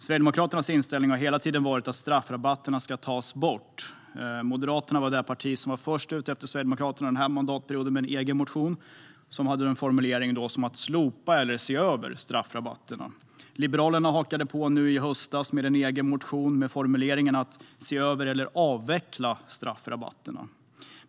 Sverigedemokraternas inställning har hela tiden varit att straffrabatterna ska tas bort. Moderaterna var det parti som under denna mandatperiod var först ut efter Sverigedemokraterna med en egen motion, som hade formuleringen att slopa eller se över straffrabatten. Liberalerna hakade på nu i höstas med en egen motion med formuleringen att se över eller avveckla straffrabatterna.